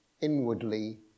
inwardly